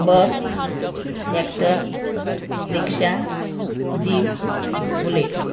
bus tractor rickshaw jeep bullet